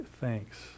thanks